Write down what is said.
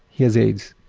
he has aids.